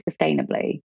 sustainably